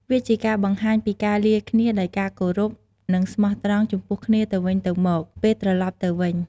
វាជាការបង្ហាញពីការលាគ្នាដោយការគោរព និងស្មោះត្រង់ចំពោះគ្នាទៅវិញទៅមកពេលត្រឡប់ទៅវិញ។